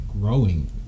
growing